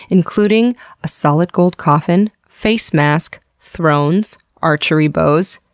including a solid gold coffin, face mask, thrones, archery bows,